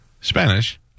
Spanish